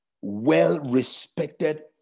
well-respected